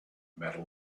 metal